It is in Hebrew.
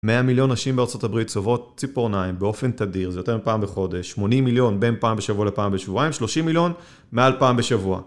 100 מיליון נשים בארצות הברית צובעות ציפורניים באופן תדיר, זה יותר מפעם בחודש. 80 מיליון בין פעם בשבוע לפעם בשבועיים, 30 מיליון מעל פעם בשבוע.